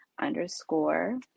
underscore